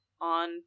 on